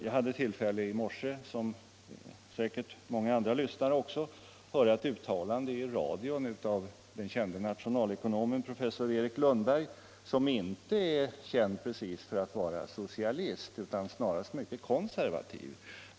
Som många andra lyssnare hade jag i morse tillfälle att höra ett uttalande i radion av den bekante nationalekonomen professor Erik Lundberg. Han är inte precis känd för att vara socialist, utan snarast konservativ.